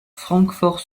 francfort